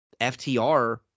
FTR